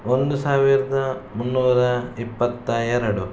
ಒಂದು ಸಾವಿರದ ಮೂನ್ನೂರ ಇಪ್ಪತ್ತ ಎರಡು